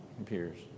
appears